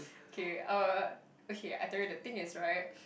okay uh okay I tell you the thing is right